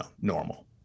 normal